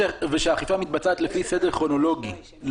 ושהאכיפה מתבצעת לפי סדר כרונולוגי.